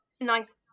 nice